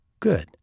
good